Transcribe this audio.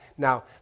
Now